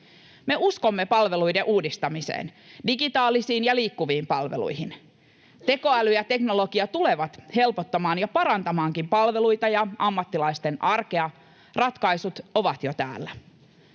Me uskomme palveluiden uudistamiseen, digitaalisiin ja liikkuviin palveluihin. Tekoäly ja teknologia tulevat helpottamaan ja parantamaankin palveluita ja ammattilaisten arkea — ratkaisut ovat jo täällä.